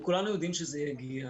כולנו יודעים שזה יגיע.